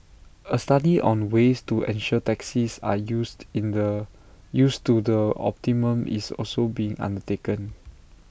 A study on ways to ensure taxis are used in the used to the optimum is also being undertaken